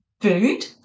food